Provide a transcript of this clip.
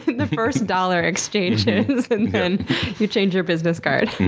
the first dollar exchange, and then you change your business card.